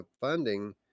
funding